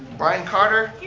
brian carter,